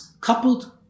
coupled